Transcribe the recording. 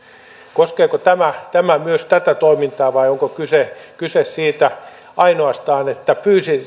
koskeeko tämä tämä myös tätä toimintaa vai onko kyse kyse siitä ainoastaan että